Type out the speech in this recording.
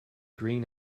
green